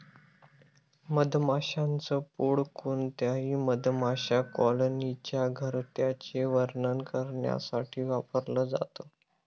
मधमाशांच पोळ कोणत्याही मधमाशा कॉलनीच्या घरट्याचे वर्णन करण्यासाठी वापरल जात